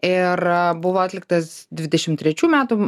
ir buvo atliktas dvidešimt trečių metų